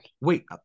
Wait